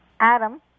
Adam